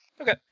Okay